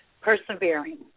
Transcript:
persevering